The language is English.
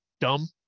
dumb